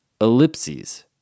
Ellipses